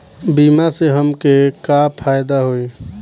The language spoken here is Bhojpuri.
बीमा से हमके का फायदा होई?